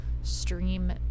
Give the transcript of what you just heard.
stream